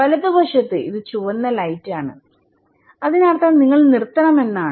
വലതുവശത്ത് ഇത് ചുവന്ന ലൈറ്റ് ആണ് അതിനർത്ഥം നിങ്ങൾ നിർത്തണം എന്നാണ്